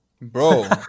bro